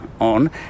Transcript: on